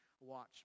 watch